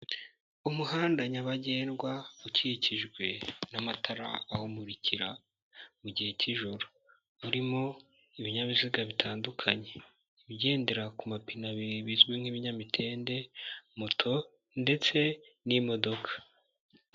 Umuhanda nyabagendwa ukikijwe n'amatara ahumurikira mu gihe cy'ijoro. Urimo ibinyabiziga bitandukanye, ibigendera ku mapine abiri bizwi nk'ibinyamitende, moto ndetse n'imodoka.